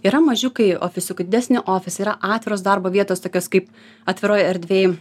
yra mažiukai ofisiukai didesni ofisai yra atviros darbo vietos tokios kaip atviroj erdvėj